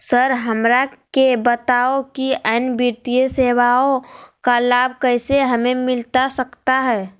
Sir हमरा के बताओ कि अन्य वित्तीय सेवाओं का लाभ कैसे हमें मिलता सकता है?